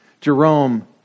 Jerome